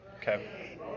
Okay